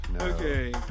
Okay